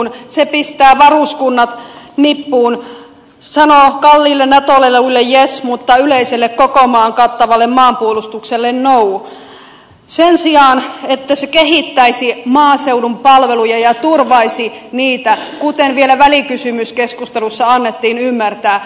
se pistää varuskunnat nippuun sanoo kalliille nato leluille yes mutta yleiselle koko maan kattavalle maanpuolustukselle no sen sijaan että se kehittäisi maaseudun palveluja ja turvaisi niitä kuten vielä välikysymyskeskustelussa annettiin ymmärtää